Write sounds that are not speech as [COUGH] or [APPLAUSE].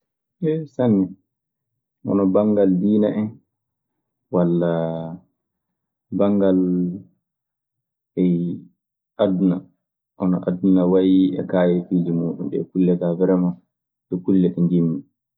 [HESITATION] sanne, hono bangal diine en walla bangal ee aduna hono aduna wayi e kaayefiije muuɗun ɗee. Ɗee kulle kaa wereman, ɗun kulle ɗe njiɗmi.